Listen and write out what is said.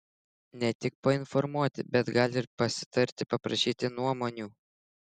ne tik painformuoti bet gal ir pasitarti paprašyti nuomonių